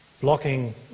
blocking